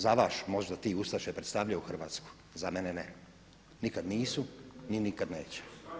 Za vas možda ti ustaše predstavljaju Hrvatsku, za mene ne, nikad nisu, ni nikad neće.